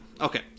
Okay